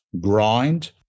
grind